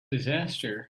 disaster